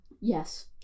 yes